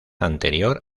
anterior